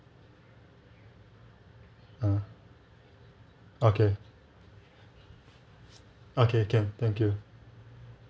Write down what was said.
uh okay okay can thank you